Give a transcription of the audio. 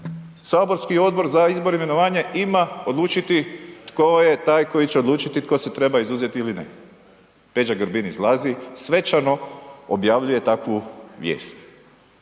saborski Odbor za izbor i imenovanje ima odlučiti tko je taj koji će odlučiti tko se treba izuzeti ili ne. Peđa Grbin izlazi svečano objavljuje takvu vijest.